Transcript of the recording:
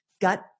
gut